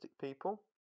people